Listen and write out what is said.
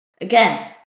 Again